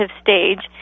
stage